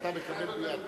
אתה מקבל מייד.